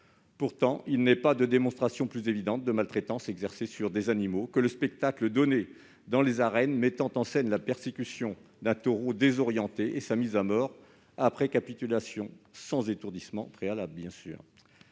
Pourtant, il n'est pas de démonstration plus évidente de maltraitance exercée sur des animaux que le spectacle donné dans les arènes mettant en scène la persécution d'un taureau désorienté et sa mort après capitulation, sans étourdissement préalable,